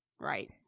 Right